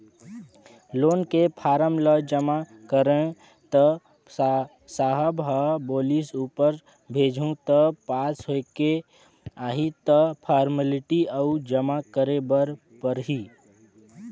loan के form ल जमा करेंव त साहब ह बोलिस ऊपर भेजहूँ त पास होयके आही त फारमेलटी अउ जमा करे बर परही